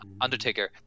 Undertaker